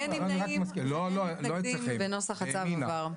אין מתנגדים ונוסח הצו עבר.